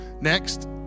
Next